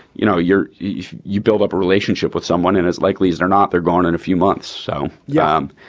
you know, you're you build up a relationship with someone. and as likely as they're not, they're gone in a few months. so, yeah,